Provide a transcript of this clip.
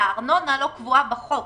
הארנונה לא קבועה בחוק.